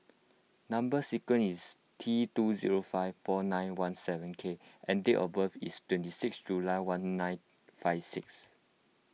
Number Sequence is T two zero five four nine one seven K and date of birth is twenty six July one nine five six